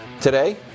Today